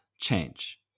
change